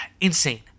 Insane